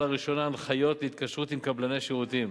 לראשונה הנחיות להתקשרות עם קבלני שירותים,